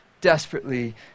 desperately